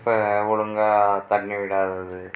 இப்போ ஒழுங்காக தண்ணி விடாதது